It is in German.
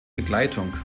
begleitung